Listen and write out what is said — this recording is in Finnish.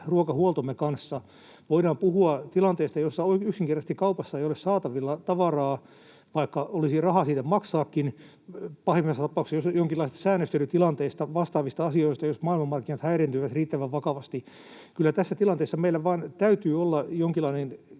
ruokahuoltomme kanssa. Voidaan puhua tilanteesta, jossa yksinkertaisesti kaupassa ei ole saatavilla tavaraa, vaikka olisi rahaa siitä maksaakin — pahimmissa tapauksissa jonkinlaisista säännöstelytilanteista, vastaavista asioista, jos maailmanmarkkinat häiriintyvät riittävän vakavasti. Kyllä tässä tilanteessa meillä vaan täytyy olla jonkinlainen